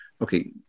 okay